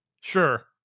sure